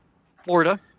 Florida